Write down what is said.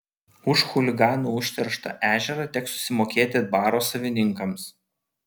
už chuliganų užterštą ežerą teks susimokėti baro savininkams